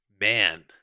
Man